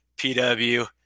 PW